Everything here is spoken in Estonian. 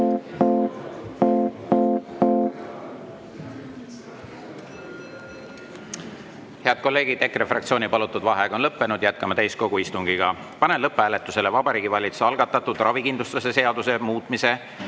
Head kolleegid, EKRE fraktsiooni palutud vaheaeg on lõppenud, jätkame täiskogu istungit. Panen lõpphääletusele Vabariigi Valitsuse algatatud ravikindlustuse seaduse muutmise